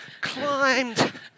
climbed